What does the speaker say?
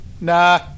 Nah